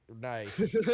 nice